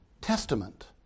testament